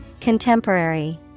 Contemporary